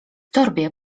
torbie